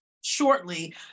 shortly